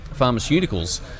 pharmaceuticals